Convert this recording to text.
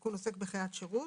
התיקון עוסק בחיית שירות.